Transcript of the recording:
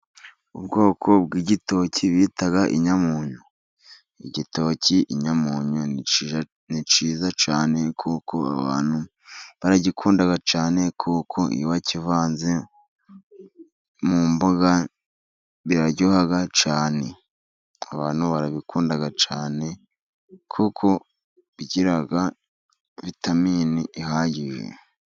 Ubwoko bw'igitoki bita inyamunyo, igitoki inyamunyo ni cyiza cyane kuko abantu baragikunda cyane kuko iyo bakivanze mu mboga biraryoha cyane. Abantu barabikunda cyane kuko kigira vitamini ihagije.